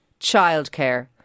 childcare